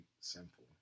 Simple